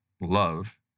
love